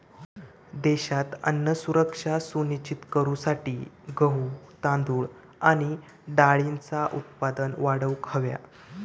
देशात अन्न सुरक्षा सुनिश्चित करूसाठी गहू, तांदूळ आणि डाळींचा उत्पादन वाढवूक हव्या